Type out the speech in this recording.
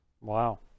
Wow